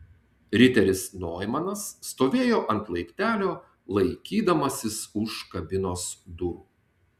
riteris noimanas stovėjo ant laiptelio laikydamasis už kabinos durų